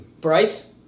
Bryce